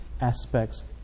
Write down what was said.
aspects